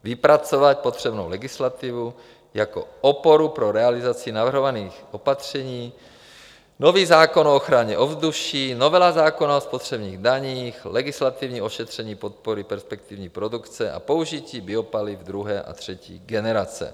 vypracovat potřebnou legislativu jako oporu pro realizaci navrhovaných opatření nový zákon o ochraně ovzduší, novela zákona o spotřebních daních, legislativní ošetření podpory perspektivní produkce a použití biopaliv druhé a třetí generace.